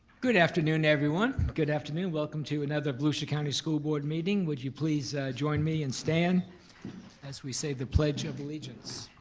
good afternoon, everyone, good afternoon. welcome to another volusia county school board meeting. would you please join me and stand as we say the pledge of allegiance.